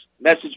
message